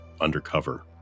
undercover